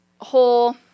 whole